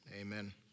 Amen